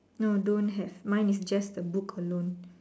no don't have mine is just the book alone